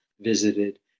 visited